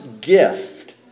gift